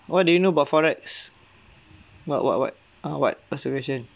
what do you know about forex what what what uh what solution